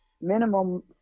minimum